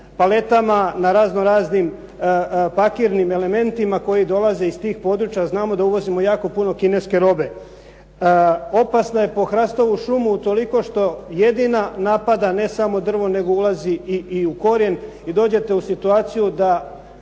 paletama, na razno raznim parkirnim elementima koji dolaze iz tih područja. Znamo da uvozimo jako puno kineske robe. Opasna je po hrastovu šumu utoliko što jedina napada ne samo drvo, nego ulazi i u korijen, i dođete u situaciju da